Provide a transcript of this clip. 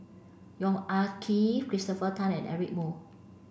Yong Ah Kee Christopher Tan and Eric Moo